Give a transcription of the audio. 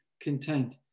content